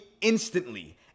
instantly